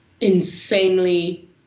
insanely